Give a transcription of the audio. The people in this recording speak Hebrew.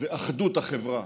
ואחדות החברה